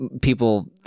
people –